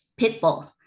Pitbull